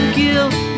guilt